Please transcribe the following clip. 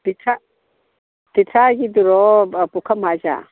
ꯄꯤꯊ꯭ꯔꯥꯏ ꯄꯤꯊ꯭ꯔꯥꯏꯒꯤꯗꯨꯔꯣ ꯑꯥ ꯄꯨꯈꯝ ꯍꯥꯏꯁꯦ